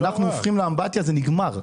כשאנחנו הופכים לאמבטיה, זה נגמר.